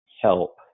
help